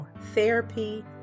Therapy